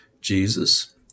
Jesus